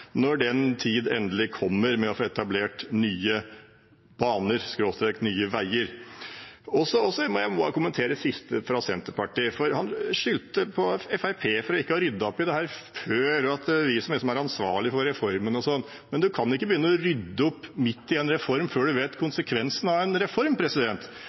med å få etablert Nye Baner/Nye Veier. Så må jeg kommentere siste taler fra Senterpartiet, for han skyldte på Fremskrittspartiet for ikke å ha ryddet opp i dette før, at det liksom er vi som er ansvarlig for reformen. Men man kan ikke begynne å rydde opp midt i en reform, før en vet